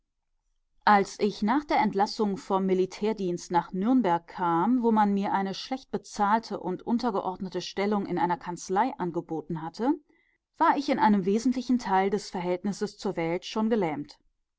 als ich nach der entlassung vom militärdienst nach nürnberg kam wo man mir eine schlechtbezahlte und untergeordnete stellung in einer kanzlei angeboten hatte war ich in einem wesentlichen teil des verhältnisses zur welt schon gelähmt